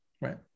Right